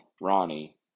Ronnie